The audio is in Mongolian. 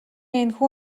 энэхүү